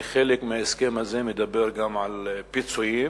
וחלק מההסכם הזה מדבר גם על פיצויים.